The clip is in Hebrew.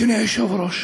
אדוני היושב-ראש,